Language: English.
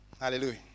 Hallelujah